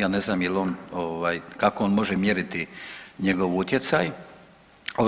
Ja ne znam jel on, kako on može mjeriti njegov utjecaj,